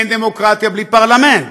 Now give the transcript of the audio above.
אין דמוקרטיה בלי פרלמנט,